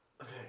Okay